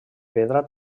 pedra